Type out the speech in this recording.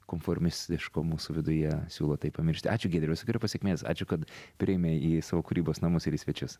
konformistiško mūsų viduje siūlo tai pamiršti ačiū giedriau visokeriopos sėkmės ačiū kad priėmei į savo kūrybos namus ir į svečius